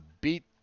beat